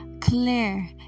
clear